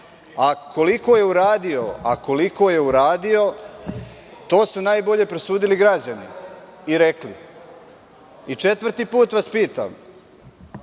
da nije bio. Koliko je uradio, to su najbolje presudili građani i rekli. Četvrti put vas pitam,